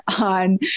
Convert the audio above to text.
on